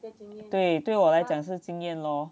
对对我来讲是经验 lor